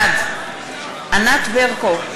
בעד ענת ברקו,